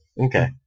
Okay